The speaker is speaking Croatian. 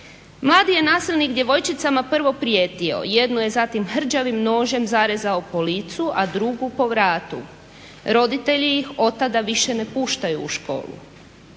"Mladi je nasilnik djevojčicama prvo prijetio, jednu je zatim hrđavim nožem zarezao po licu, a drugu po vratu. Roditelji ih od tada više ne puštaju u školu".